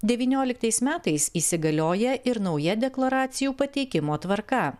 devynioliktais metais įsigalioja ir nauja deklaracijų pateikimo tvarka